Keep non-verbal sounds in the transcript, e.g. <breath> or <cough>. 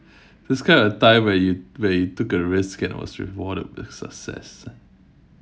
<breath> describe a time when you when you took a risk and was rewarded with success